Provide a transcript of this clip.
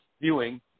viewing